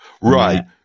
right